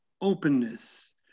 openness